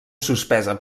suspesa